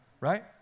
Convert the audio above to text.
right